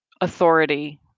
authority